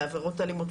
לעבירות האלימות,